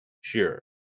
sure